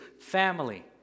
family